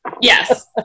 Yes